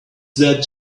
that